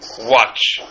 Watch